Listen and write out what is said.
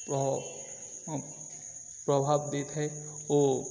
ପ୍ର ପ୍ରଭାବ ଦେଇଥାଏ ଓ